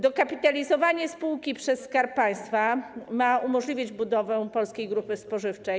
Dokapitalizowanie spółki przez Skarb Państwa ma umożliwić budowę polskiej grupy spożywczej.